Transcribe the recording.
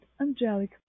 angelic